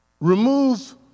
Remove